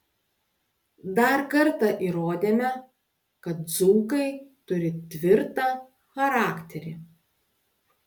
dar kartą įrodėme kad dzūkai turi tvirtą charakterį